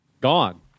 gone